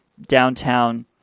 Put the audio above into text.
downtown